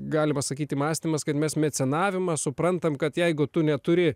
galima sakyti mąstymas kad mes mecenavimą suprantam kad jeigu tu neturi